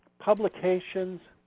publications,